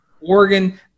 Oregon